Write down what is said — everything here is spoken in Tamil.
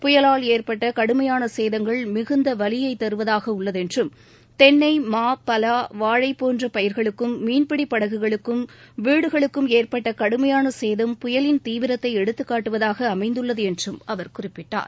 புயலால் ஏற்பட்ட கடுமையான சேதங்கள் மிகுந்த வலியை தருவதாக உள்ளது என்றும் தென்னை மா பலா வாழை போன்ற பயிர்களுக்கும் மீன்பிடி படகுகளுக்கும் வீடுகளுக்கும் ஏற்பட்ட கடுமையான சேதம் புயலின் தீவிரத்தை எடுத்துக்காட்டுவதாக அமைந்துள்ளது என்றும் அவர் குறிப்பிட்டார்